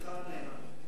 עבדך הנאמן.